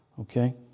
Okay